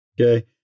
Okay